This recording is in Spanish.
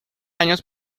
años